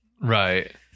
Right